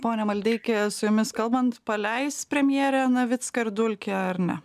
ponia maldeiki su jumis kalbant paleis premjerė navicką ir dulkį ar ne